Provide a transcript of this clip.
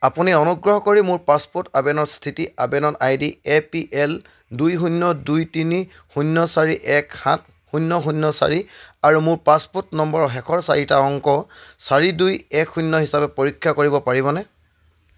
আপুনি অনুগ্ৰহ কৰি মোৰ পাছপৰ্ট আবেদনৰ স্থিতি আবেদন আইডি এ পি এল দুই শূন্য দুই তিনি শূন্য চাৰি এক সাত শূন্য শূন্য চাৰি আৰু মোৰ পাছপৰ্ট নম্বৰৰ শেষৰ চাৰিটা অংক চাৰি দুই এক শূন্য হিচাপে পৰীক্ষা কৰিব পাৰিবনে